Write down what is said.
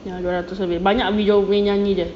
ya dua ratus lebih banyak video nyanyi dia